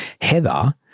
Heather